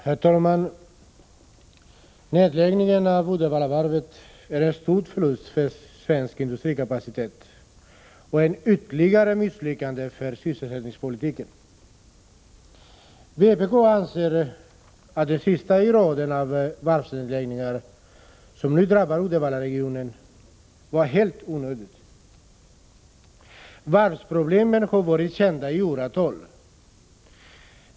Herr talman! Nedläggningen av Uddevallavarvet är en stor förlust för svensk industrikapacitet och innebär ytterligare ett misslyckande för sysselsättningspolitiken. Vpk anser att den sista i raden av varvsnedläggningar, som nu drabbar Uddevallaregionen, var helt onödig. Varvsproblemen har varit kända i åratal.